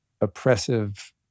oppressive